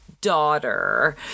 daughter